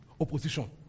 opposition